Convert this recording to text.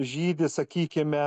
žydi sakykime